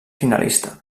finalista